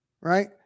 right